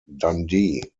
dundee